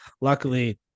luckily